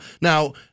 Now